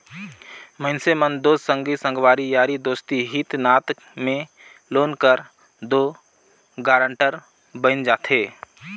मइनसे मन दो संगी संगवारी यारी दोस्ती हित नात में लोन कर दो गारंटर बइन जाथे